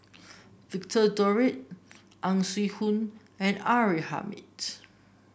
Victor Doggett Ang Swee Aun and R A Hamid